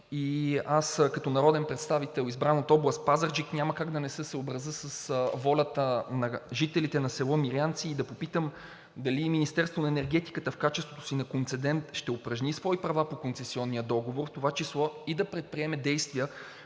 Аз като народен представител, избран от област Пазарджик, няма как да не се съобразя с волята на жителите на село Мирянци и да не попитам – дали Министерството на енергетиката в качеството си на концедент ще упражни свои права по концесионния договор, в това число и да предприеме действия